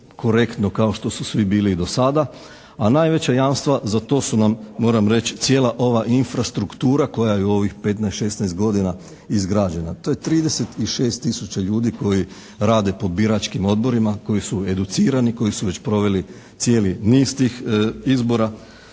korektno kao što su svi bili i do sada. A najveća jamstva za to su nam moram reći cijela ova infrastruktura koja je u ovih 15, 16 godina izgrađena. To je 36 tisuća ljudi koji rade po biračkim odborima, koji su educirani, koji su proveli već cijeli niz tih izbora.